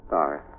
Sorry